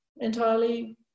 entirely